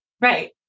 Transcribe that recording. Right